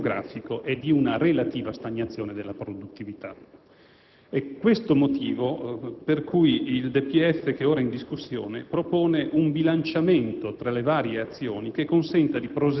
Come è noto, il risanamento finanziario è facilitato in un contesto di sviluppo sostenibile. Per sviluppo sostenibile intendiamo ovviamente sia la sostenibilità sociale sia la sostenibilità ambientale.